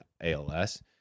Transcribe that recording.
ALS